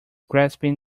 grasping